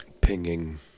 pinging